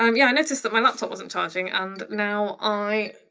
um yeah, i noticed that my laptop wasn't charging. and now i,